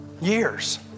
years